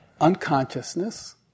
unconsciousness